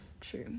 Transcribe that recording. True